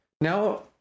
now